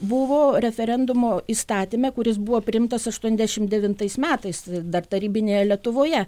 buvo referendumo įstatyme kuris buvo priimtas aštuoniasdešim devintais metais dar tarybinėje lietuvoje